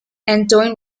antoine